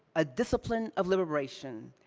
a discipline of liberation,